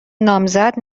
نامزد